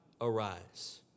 arise